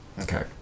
Okay